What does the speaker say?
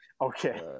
Okay